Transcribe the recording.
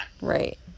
Right